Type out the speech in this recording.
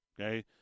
okay